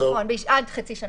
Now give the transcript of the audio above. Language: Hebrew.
נכון, עד חצי שנה נוספת.